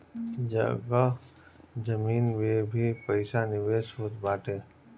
जगह जमीन में भी पईसा निवेश होत बाटे